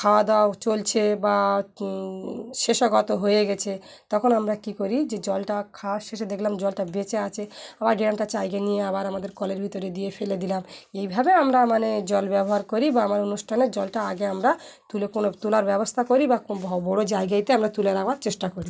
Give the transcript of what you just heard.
খাওয়া দাওয়াও চলছে বা শেষাগত হয়ে গেছে তখন আমরা কী করি যে জলটা খাওয়ার শেষে দেখলাম জলটা বেঁচে আছে আবার ড্রামটা চাইগ নিয়ে আবার আমাদের কলের ভিতরে দিয়ে ফেলে দিলাম এইভাবে আমরা মানে জল ব্যবহার করি বা আমার অনুষ্ঠানে জলটা আগে আমরা তুলে কোনো তোলার ব্যবস্থা করি বা কোন বড়ো জায়গায়তে আমরা তুলে নেওয়ার চেষ্টা করি